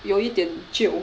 有一点旧